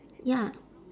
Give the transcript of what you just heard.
ya